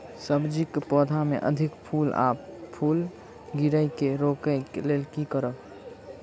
सब्जी कऽ पौधा मे अधिक फूल आ फूल गिरय केँ रोकय कऽ लेल की करब?